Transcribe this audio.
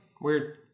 Weird